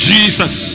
Jesus